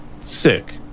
sick